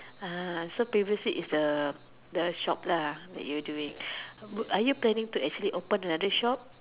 so previously is the the shop that you are doing are you planning to actually open another shop